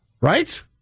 Right